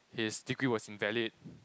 his degree was invalid